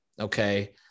Okay